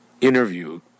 interview